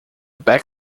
back